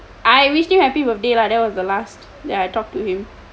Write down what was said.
I wish him happy birthday lah that was the last that I talk to him